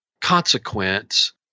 consequence